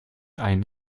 einen